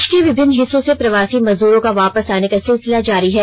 देष के विभिन्न हिस्सों से प्रवासी मजदूरों का वापस आने का सिलसिला जारी है